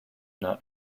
not